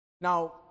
Now